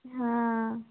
हाँ